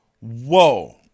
whoa